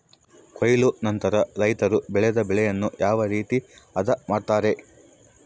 ಕೊಯ್ಲು ನಂತರ ರೈತರು ಬೆಳೆದ ಬೆಳೆಯನ್ನು ಯಾವ ರೇತಿ ಆದ ಮಾಡ್ತಾರೆ?